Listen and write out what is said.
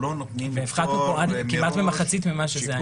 והפחתנו פה כמעט מחצית ממה שהיה.